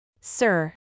Sir